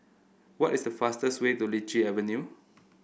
what is the fastest way to Lichi Avenue